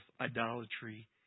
idolatry